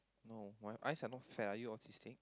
no my eyes are not fat are you autistic